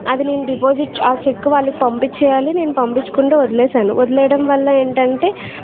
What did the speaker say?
అది నేను డిపాజిట్ ఆ చెక్కు వాళ్లకి పంపించి వేయాలి నేను పంపించకుండా వదిలేసాను వదిలేయడం వల్ల ఏంటంటే